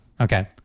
Okay